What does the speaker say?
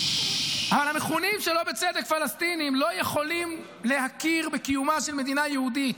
אבל המכונים שלא בצדק פלסטינים לא יכולים להכיר בקיומה של מדינה יהודית.